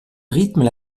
rythment